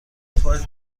فایل